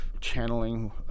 channeling